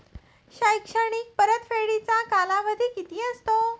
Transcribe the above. शैक्षणिक परतफेडीचा कालावधी किती असतो?